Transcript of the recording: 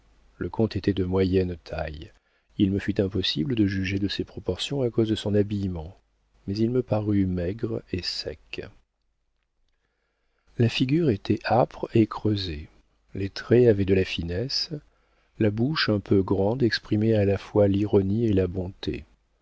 le comte était de moyenne taille il me fut impossible de juger de ses proportions à cause de son habillement mais il me parut maigre et sec la figure était âpre et creusée les traits avaient de la finesse la bouche un peu grande exprimait à la fois l'ironie et la bonté